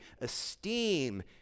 esteem